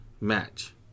match